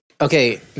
Okay